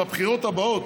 ובבחירות הבאות,